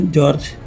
George